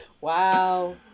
Wow